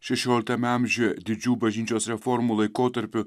šešioliktame amžiuje didžių bažnyčios reformų laikotarpiu